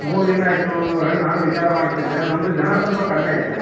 ಮೂರು ದಿನ ಆಯಿತು ಹೇಳಿ ನಾನೂ ವಿಚಾರ ಮಾಡ್ತಿದ್ದೆ ನಮ್ಮದು ಜನ ಸ್ವಲ್ಪ ಕಡಿಮೆ ಇದೆ